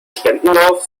spendenlauf